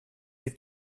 des